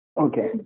Okay